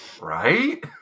Right